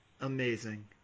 Amazing